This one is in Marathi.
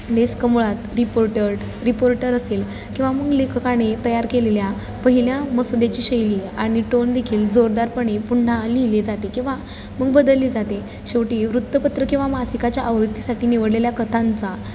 डेस्क मुळात रिपोर्टड रिपोर्टर असेल किंवा मग लेखकाने तयार केलेल्या पहिल्या मसुद्याची शैली आणि टोनदेखील जोरदारपणे पुन्हा लिहिले जाते किंवा मग बदलली जाते शेवटी वृत्तपत्र किंवा मासिकाच्या आवृत्तीसाठी निवडलेल्या कथांचा